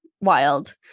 wild